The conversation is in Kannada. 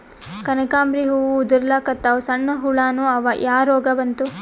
ಕನಕಾಂಬ್ರಿ ಹೂ ಉದ್ರಲಿಕತ್ತಾವ, ಸಣ್ಣ ಹುಳಾನೂ ಅವಾ, ಯಾ ರೋಗಾ ಬಂತು?